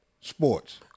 sports